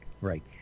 Right